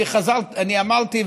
אני אמרתי,